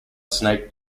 snake